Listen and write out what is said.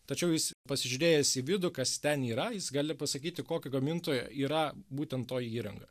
tačiau jis pasižiūrėjęs į vidų kas ten yra jis gali pasakyti kokio gamintojo yra būtent toji įranga